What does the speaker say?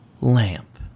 lamp